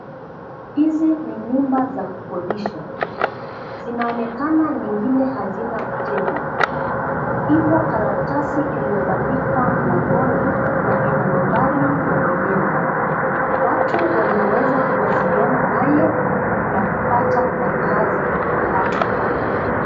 Hizi ni nyumba za kukodisha, zinaonekana zingine hazina wateja. Ipo karatasi iliyobandikwa mlangoni na ina nambari ya mwenyewe. Watu wanaweza kuwasiliana naye na kupata makaazi mahali hapa.